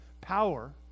power